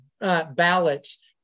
ballots